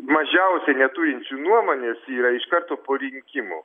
mažiausiai neturinčių nuomonės yra iš karto po rinkimų